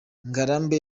ngarambe